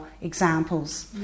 examples